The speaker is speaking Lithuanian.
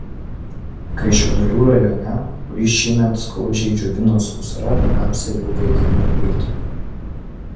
kaišiadorių rajone kurį šįmet skaudžiai džiovino sausra rapsai jau baigiami kulti